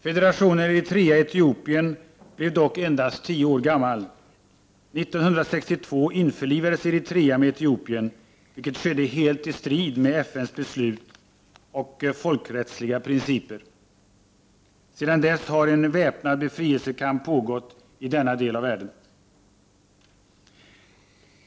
Federationen Eritrea-Etiopien blev dock endast 10 år gammal. År 1962 införlivades Eritrea med Etiopien, vilket skedde helt i strid med FN:s beslut och folkrättsliga principer. Sedan dessa har en väpnad befrielsekamp pågått i denna del av världen.